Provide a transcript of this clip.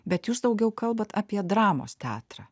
bet jūs daugiau kalbat apie dramos teatrą